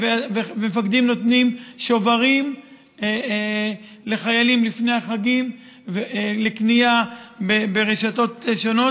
מפקדים נותנים שוברים לחיילים לפני החגים לקנייה ברשתות השונות,